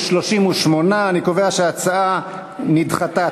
38. אני קובע שההצעה נדחתה.